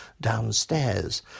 downstairs